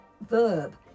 verb